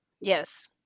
Yes